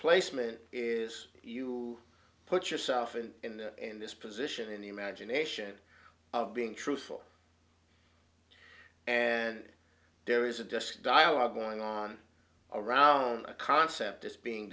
placement is you put yourself in and in this position in the imagination of being truthful and there is a just dialogue going on around a concept is being